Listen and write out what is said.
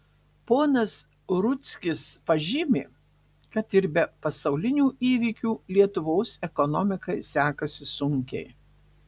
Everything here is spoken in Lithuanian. ponas rudzkis pažymi kad ir be pasaulinių įvykių lietuvos ekonomikai sekasi sunkiai